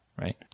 right